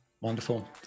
Wonderful